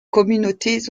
communautés